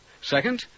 Second